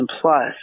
plus